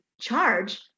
charge